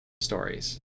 stories